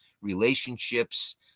relationships